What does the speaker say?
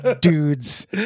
dudes